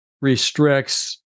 restricts